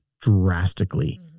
drastically